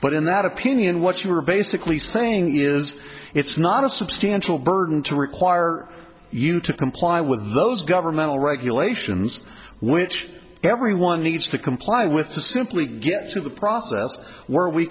but in that opinion what you were basically saying is it's not a substantial burden to require you to comply with those governmental regulations which everyone needs to comply with to simply get to the process where we